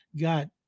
got